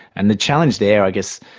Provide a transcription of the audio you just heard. and the challenge there i guess,